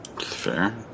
Fair